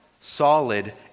solid